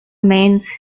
means